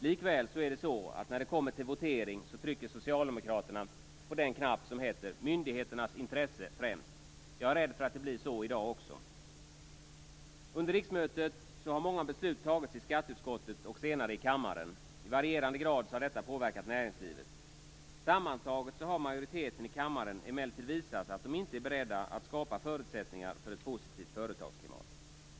Likväl är det så, att när det kommer till votering trycker socialdemokraterna på den knapp som heter "myndigheternas intresse främst". Jag är rätt för att det blir så också i dag. Under riksmötet har många beslut fattats i skatteutskottet och senare i kammaren. I varierande grad har detta påverkat näringslivet. Sammantaget har majoriteten i kammaren visat att den inte är beredd att skapa förutsättningar för ett positivt företagsklimat.